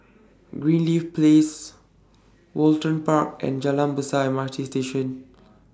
Greenleaf Place Woollerton Park and Jalan Besar M R T Station